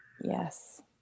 Yes